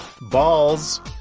balls